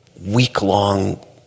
week-long